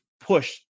push